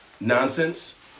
nonsense